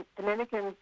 Dominicans